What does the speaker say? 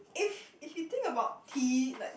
if if he think about T like